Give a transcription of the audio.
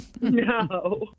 No